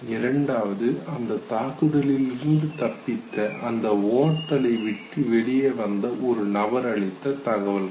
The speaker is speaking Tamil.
இரண்டாவது அந்தத் தாக்குதலில் இருந்து தப்பித்து அந்த ஓட்டலை விட்டு வெளியே வந்த ஒரு நபர் அளித்த தகவல்கள்